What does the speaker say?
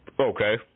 Okay